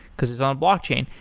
because it's on blockchain.